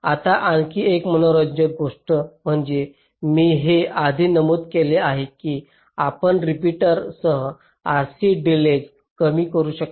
आता आणखी एक मनोरंजक गोष्ट म्हणजे मी हे आधी नमूद केले आहे की आपण रिपीटर सह RC डिलेज कमी करू शकता